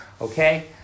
Okay